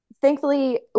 Thankfully